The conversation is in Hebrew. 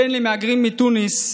בן למהגרים מתוניס,